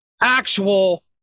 actual